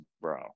bro